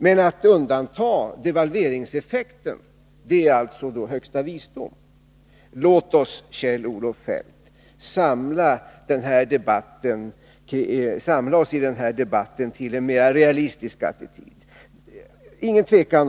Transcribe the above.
Men att undanta devalveringseffekten är alltså högsta visdom. Låt oss, Kjell-Olof Feldt, samla oss i denna debatt till en mera realistisk attityd.